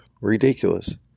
ridiculous